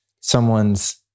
someone's